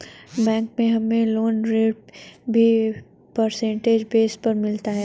bank से हमे loan ऋण भी परसेंटेज बेस पर मिलता है